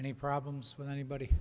any problems with anybody